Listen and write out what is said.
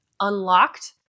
unlocked